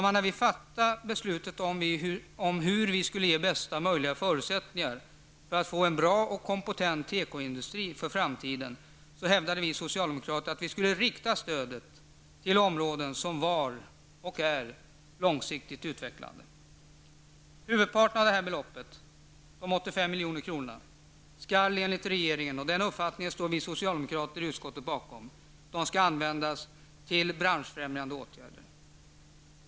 När vi fattade beslut om hur vi skulle ge bästa möjliga förutsättningar för att få en bra och kompetent tekoindustri för framtiden, hävdade vi socialdemokrater att vi skulle rikta stödet till områden som var och är långsiktigt utvecklande. Huvudparten av de 85 milj.kr. skulle enligt regeringen -- och den uppfattningen står vi socialdemokrater i utskottet bakom -- användas till branschfrämjande åtgärder.